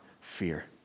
fear